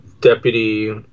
Deputy